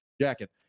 jacket